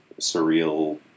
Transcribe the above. surreal